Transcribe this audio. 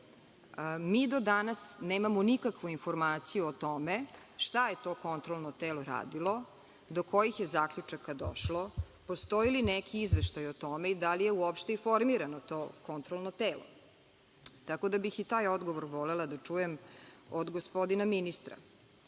do danas nemamo nikakvu informaciju o tome šta je to kontrolno telo radilo, do kojih je zaključaka došlo, postoji li neki izveštaj o tome i da li je uopšte i formirano to kontrolno telo, tako da bih i taj odgovor volela da čujem od gospodina ministra. Moram